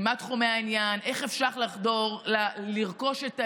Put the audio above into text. מה תחומי העניין, איך אפשר לחדור, לרכוש את האמון.